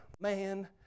man